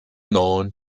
known